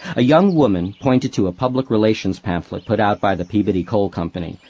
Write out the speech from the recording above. a young woman pointed to a public relations pamphlet put out by the peabody coal company,